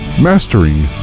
mastering